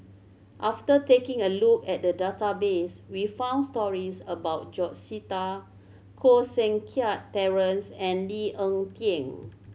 after taking a look at the database we found stories about George Sita Koh Seng Kiat Terence and Lee Ek Tieng